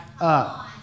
up